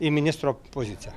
į ministro poziciją